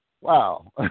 Wow